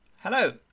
Hello